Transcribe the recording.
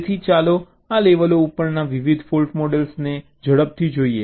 તેથી ચાલો આ લેવલો ઉપરના વિવિધ ફૉલ્ટ મોડલ્સને ઝડપથી જોઈએ